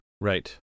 Right